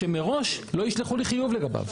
שמראש לא ישלחו לי חיוב לגביו,